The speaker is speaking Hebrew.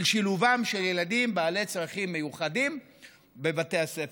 של שילובם של ילדים בעלי צרכים מיוחדים בבתי הספר,